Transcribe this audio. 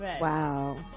Wow